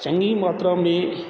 चङी मात्रा में